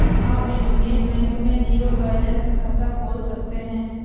आप Union Bank में zero balance खाता खोल सकते हैं